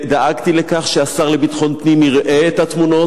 דאגתי לכך שהשר לביטחון פנים יראה את התמונות,